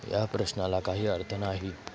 या प्रश्नाला काही अर्थ नाही